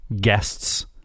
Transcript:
guests